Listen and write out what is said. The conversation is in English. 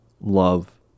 love